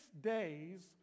days